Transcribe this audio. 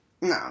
No